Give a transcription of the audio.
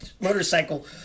motorcycle